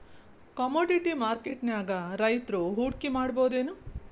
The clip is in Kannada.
ಕಾಮೊಡಿಟಿ ಮಾರ್ಕೆಟ್ನ್ಯಾಗ್ ರೈತ್ರು ಹೂಡ್ಕಿ ಮಾಡ್ಬಹುದೇನ್?